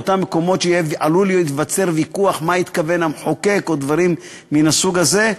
באותם מקומות שעלול להיווצר ויכוח מה התכוון המחוקק או דברים מהסוג הזה.